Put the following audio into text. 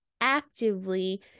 actively